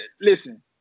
listen